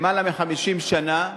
יותר מ-50 שנה,